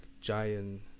giant